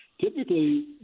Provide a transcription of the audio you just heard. typically